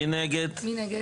מי נמנע?